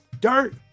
dirt